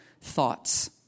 thoughts